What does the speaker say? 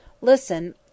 Listen